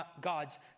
God's